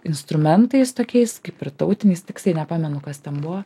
instrumentais tokiais kaip ir tautiniais tiksliai nepamenu kas ten buvo